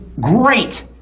great